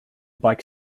bike